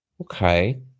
Okay